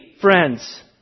friends